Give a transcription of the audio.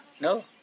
No